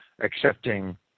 accepting